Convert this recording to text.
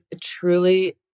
truly